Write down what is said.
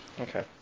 Okay